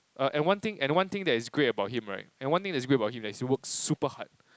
err and one thing and one thing that's great about him right and one thing that's great about him is that he works super hard